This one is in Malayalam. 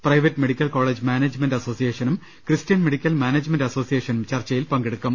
പ്രൈവറ്റ് മെഡിക്കൽ കോളേജ് മാനേജ്മെന്റ് അസോസിയേഷനും ക്രിസ്ത്യൻ മെഡിക്കൽ മാനേജ്മെന്റ് അസോസിയേഷനും ചർച്ചയിൽ പങ്കെടുക്കും